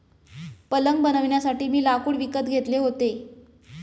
पलंग बनवण्यासाठी मी लाकूड विकत घेतले होते